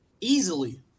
Easily